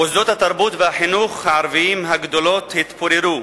מוסדות התרבות והחינוך הערביים הגדולים התפוררו.